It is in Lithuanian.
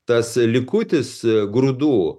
tas likutis grūdų